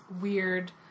weird